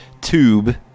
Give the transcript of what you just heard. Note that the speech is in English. tube